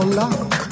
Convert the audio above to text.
lock